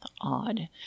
odd